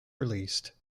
released